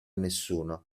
nessuno